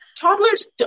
toddlers